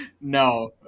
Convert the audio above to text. no